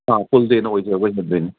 ꯐꯨꯜ ꯗꯦꯅ ꯑꯣꯏꯖꯕ ꯍꯦꯟꯗꯣꯏꯅꯦ